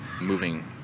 moving